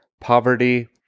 poverty